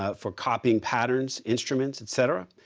ah for copying patterns, instruments, et cetera.